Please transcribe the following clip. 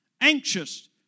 anxious